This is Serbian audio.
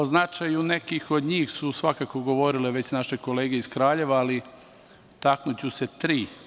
O značaju nekih od njih su svakako govorile već naše kolege iz Kraljeva, ali taknuću se tri.